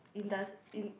indus~ in